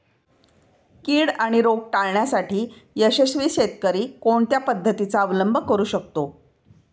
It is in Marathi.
कीड आणि रोग टाळण्यासाठी यशस्वी शेतकरी कोणत्या पद्धतींचा अवलंब करू शकतो?